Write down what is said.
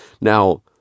Now